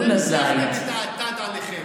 "ויאמרו אל הזית, " הבאתי את האטד עליכם.